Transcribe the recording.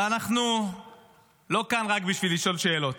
אבל אנחנו לא כאן רק בשביל לשאול שאלות,